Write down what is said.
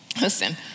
Listen